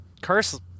curse